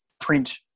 print